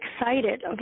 excited